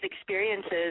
experiences